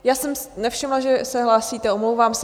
Já jsem si nevšimla, že se hlásíte, omlouvám se.